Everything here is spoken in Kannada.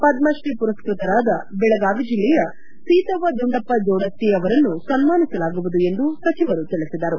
ಪದ್ರತ್ರೀ ಪುರಸ್ತತರಾದ ಬೆಳಗಾವಿ ಜಿಲ್ಲೆಯ ಸೀತವ್ವ ದುಂಡಪ್ಪ ಜೋಡತ್ತಿ ಅವರನ್ನು ಸನ್ನಾನಿಸಲಾಗುವುದು ಎಂದು ಸಚಿವರು ತಿಳಿಸಿದರು